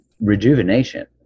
rejuvenation